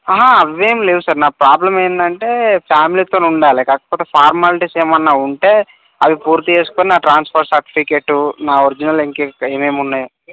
అవి ఏమి లేవు సార్ నా ప్రాబ్లం ఏంటంటే ఫ్యామిలీతో ఉండాలి కాకపోతే ఫార్మాలిటీస్ ఏమన్న ఉంటే అవి పూర్తి చేసుకొని నా ట్రాన్స్ఫర్ సర్టిఫికేట్టు నా ఒరిజినల్ ఇంకా ఏమేమి ఉన్నాయి